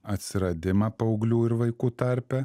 atsiradimą paauglių ir vaikų tarpe